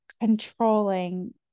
controlling